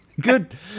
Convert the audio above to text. Good